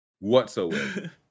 whatsoever